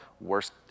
Worst